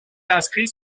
inscrit